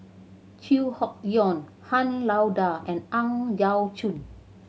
Chew Hock Leong Han Lao Da and Ang Yau Choon